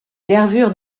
nervures